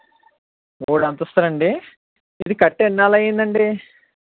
మూడు అంతస్తులు అండి ఇది కట్టి ఎన్నాళ్ళు అయింది అండి